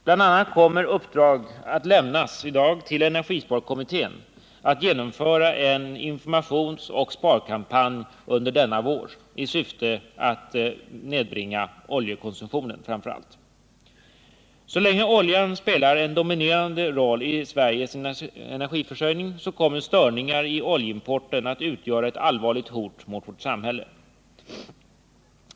Bl.a. kommer uppdrag i dag att lämnas till energisparkommittén att genomföra en informationsoch sparkampanj under våren, i syfte att nedbringa framför allt oljekonsumtionen. Så länge oljan spelar en dominerande roll i Sveriges energiförsörjning kommer störningar i oljeimporten att utgöra ett allvarligt hot mot vårt samhälle.